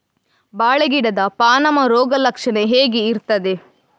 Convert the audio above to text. ಬಾಳೆ ಗಿಡದ ಪಾನಮ ರೋಗ ಲಕ್ಷಣ ಹೇಗೆ ಇರ್ತದೆ?